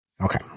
Okay